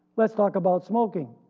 let's talk about smoking.